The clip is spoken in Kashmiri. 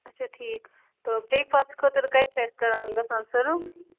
اچھا ٹھیٖک تہٕ برٛیک فاسٹ خٲطرٕ کَتہِ چھِ اَسہِ کَران گَژھان سٔرٕو